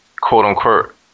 quote-unquote